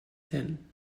hin